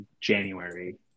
january